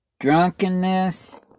Drunkenness